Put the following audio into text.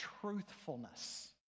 truthfulness